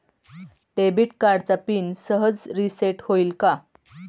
Debit कार्डचा pin सहज reset होईल का?